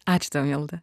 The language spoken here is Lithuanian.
ačiū tau milda